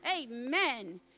Amen